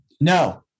No